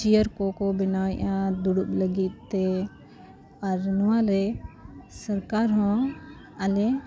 chair ᱠᱚᱠᱚ ᱵᱮᱱᱟᱣᱮᱜᱼᱟ ᱫᱩᱲᱩᱵ ᱞᱟᱹᱜᱤᱫᱛᱮ ᱟᱨ ᱱᱚᱣᱟ ᱨᱮ ᱥᱚᱨᱠᱟᱨ ᱦᱚᱸ ᱟᱞᱮ